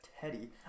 Teddy